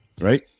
right